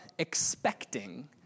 expecting